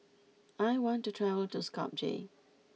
I want to travel to Skopje